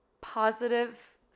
positive